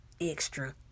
extra